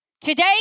Today